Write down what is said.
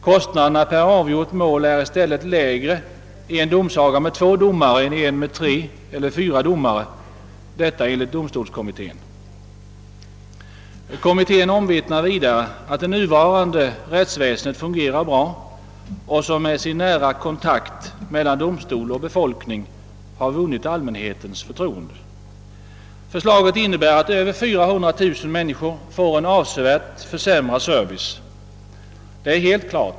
Kostnaderna per avgjort mål är i stället lägre i en domsaga med två domare än i en med tre eller fyra domare enligt domstolskommittén. Kommittén omvittnar vidare att det nuvarande rättsväsendet fungerar bra och med sin nära kontakt mellan domstol och befolkning har vunnit allmänhetens förtroende. Förslaget innebär att över 400 000 personer får en avsevärt försämrad service.